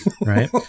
Right